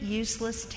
useless